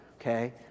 okay